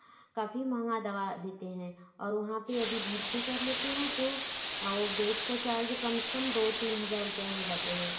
काफ़ी महँगा दवा देते हैं और वहाँ पर यदि भर्ती कर लेते हैं तो वह बेड का चार्ज कम स कम दो तीन हज़ार रुपया हो जाते है